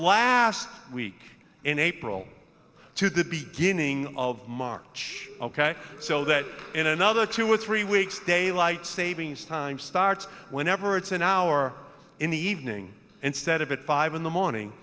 last week in april to the beginning of march ok so that in another two or three weeks daylight savings time starts whenever it's an hour in the evening instead of at five in the morning